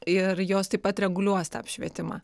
ir jos taip pat reguliuos tą apšvietimą